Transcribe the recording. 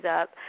up